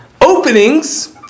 openings